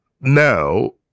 now